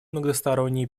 многосторонние